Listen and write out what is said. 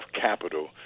capital